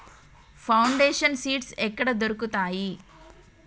Foundation seeds ఎక్కడ దొరుకుతాయి?